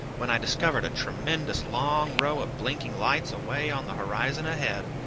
when i discovered a tremendous long row of blinking lights away on the horizon ahead.